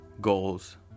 goals